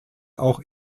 auch